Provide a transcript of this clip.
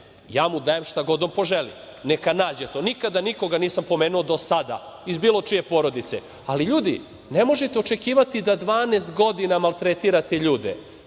ja mu dajem šta god on poželi. Neka nađe to. Nikada nikoga nisam spomenuo do sada iz bilo čije porodice. Ali, ljudi, ne možete očekivati da 12 godina maltretirate ljude,